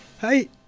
Hey